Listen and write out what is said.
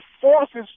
forces